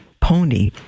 pony